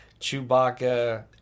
chewbacca